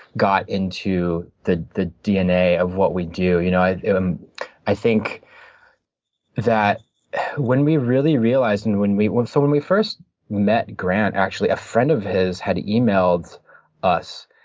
got into the the dna of what we do. you know i um i think that when we really realized and when we so when we first met grant, actually, a friend of his had emailed us.